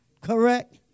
Correct